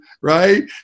right